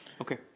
Okay